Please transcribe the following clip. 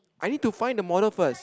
I need to find the model first